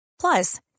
Plus